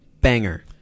banger